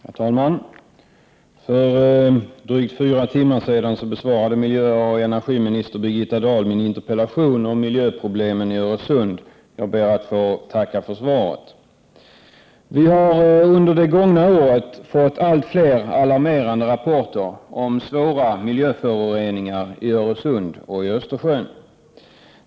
Herr talman! För drygt fyra timmar sedan besvarade miljöoch energiminister Birgitta Dahl min interpellation om miljöproblemen i Öresund. Jag ber att få tacka för svaret. Vi har under det gångna året fått allt fler alarmerande rapporter om svåra miljöföroreningar i Öresund och i Östersjön.